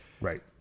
Right